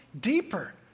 deeper